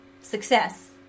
success